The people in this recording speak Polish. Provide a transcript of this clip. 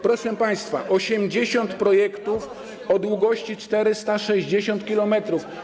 Proszę państwa, 80 projektów o długości 460 km.